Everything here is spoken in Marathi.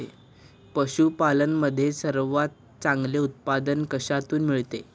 पशूपालन मध्ये सर्वात चांगले उत्पादन कशातून मिळते?